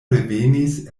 revenis